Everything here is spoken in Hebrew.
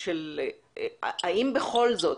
בכל זאת,